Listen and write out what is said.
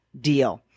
deal